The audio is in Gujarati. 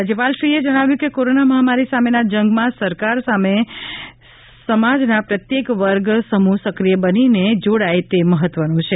રાજ્યપાલશ્રીએ જણાવ્યું કે કોરોના મહામારી સામેના જંગમાં સરકાર સામે સાતે સમજાના પ્રત્યેક વર્ગ સમૂહ સક્રિય બનીને જોડાય તે મહત્વનું છે